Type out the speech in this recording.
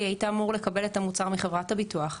היית אמור לקבל את המוצר מחברת הביטוח,